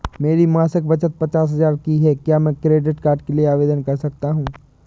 मेरी मासिक बचत पचास हजार की है क्या मैं क्रेडिट कार्ड के लिए आवेदन कर सकता हूँ?